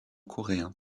coréen